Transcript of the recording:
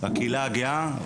לקהילה הגאה,